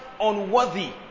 unworthy